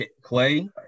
Clay